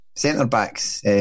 centre-backs